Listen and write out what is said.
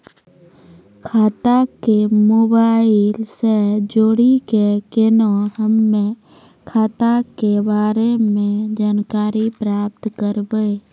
खाता के मोबाइल से जोड़ी के केना हम्मय खाता के बारे मे जानकारी प्राप्त करबे?